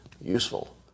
useful